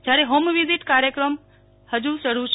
જ્યારે home visit કાર્યક્રમ હજુ શરૂ છે